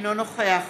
אינו נוכח